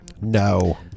No